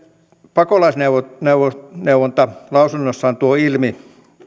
pakolaisneuvonta lausunnossaan tuo ilmi